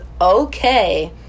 okay